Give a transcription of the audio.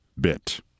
bit